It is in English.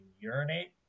urinate